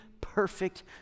perfect